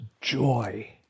joy